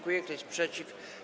Kto jest przeciw?